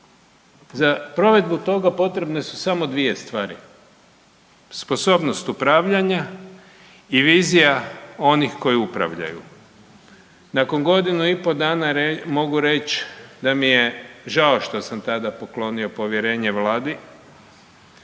za provedbu toga potrebne su samo 2 stvari. Sposobnost upravljanja i vizija onih koji upravljaju. Nakon godinu i pol dana mogu reći da mi je žao što sam tada poklonio povjerenje Vladi